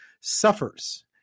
suffers